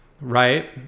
right